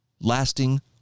lasting